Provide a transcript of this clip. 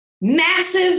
massive